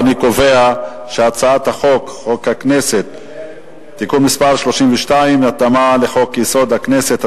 אני קובע שהצעת חוק הכנסת (תיקון מס' 32) (התאמה לחוק-יסוד: הכנסת),